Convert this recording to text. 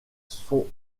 son